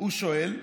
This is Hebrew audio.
הוא שואל: